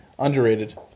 Underrated